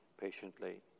patiently